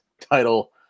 title